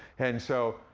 and so,